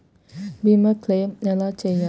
భీమ క్లెయిం ఎలా చేయాలి?